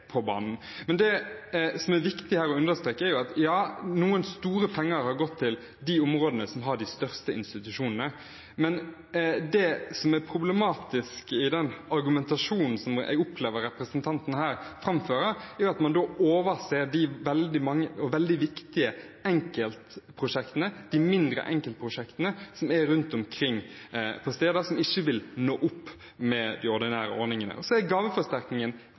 på banen. Ja, noen store penger har gått til de områdene som har de største institusjonene, men det som er viktig å understreke, og som er problematisk i den argumentasjonen jeg opplever representanten her framfører, er at man overser de veldig mange og veldig viktige mindre enkeltprosjektene rundt omkring på steder som ikke vil nå opp med de ordinære ordningene. Så er gaveforsterkningen